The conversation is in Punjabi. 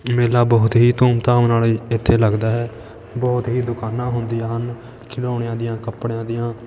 ਮੇਲਾ ਬਹੁਤ ਹੀ ਧੂਮਧਾਮ ਨਾਲ ਇੱਥੇ ਲੱਗਦਾ ਹੈ ਬਹੁਤ ਹੀ ਦੁਕਾਨਾਂ ਹੁੰਦੀਆਂ ਹਨ ਖਿਡੌਣਿਆਂ ਦੀਆਂ ਕੱਪੜਿਆਂ ਦੀਆਂ